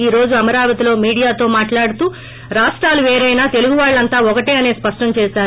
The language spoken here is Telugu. ఈ రోజు అమరావతిలో మీడియాతో మాట్లాడుతూ రాష్టాలు పేరైనా తెలుగువాళ్పంతా ఒక్కటే అని స్పష్టం చేశారు